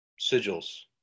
sigils